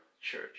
church